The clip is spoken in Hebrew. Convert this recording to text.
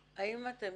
זהים.